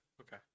Okay